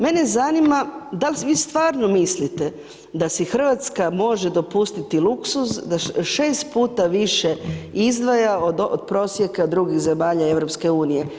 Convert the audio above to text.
Mene zanima, dal vi stvarno mislite da si RH može dopustiti luksuz da 6 puta više izdvaja od prosjeka drugih zemalja EU?